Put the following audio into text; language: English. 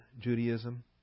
Judaism